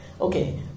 Okay